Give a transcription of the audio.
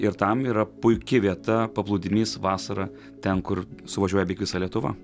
ir tam yra puiki vieta paplūdimys vasara ten kur suvažiuoja visa lietuva